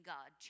God